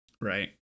Right